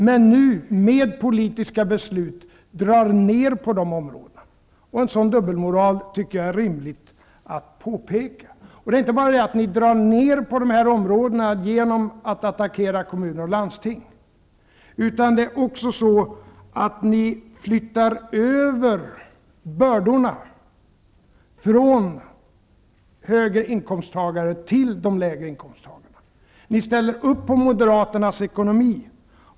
Men nu, med politiska beslut, drar ni ner på de områdena. En sådan dubbelmoral tycker jag att det är rimligt att peka på. Det är inte bara det att ni drar ner på de här områdena genom att attackera kommuner och landsting, utan det är också så, att ni flyttar över bördorna från höginkomsttagarna till låginkomsttagarna. Ni ställer upp på Moderaternas ekonomi.